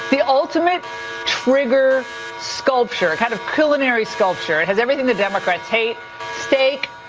the ultimate trigger sculpture kind of culinary sculpture. it has everything the democrats hate steak,